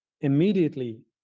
immediately